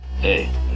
hey